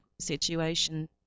situation